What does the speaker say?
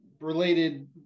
related